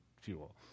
fuel